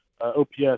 ops